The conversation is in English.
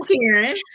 Karen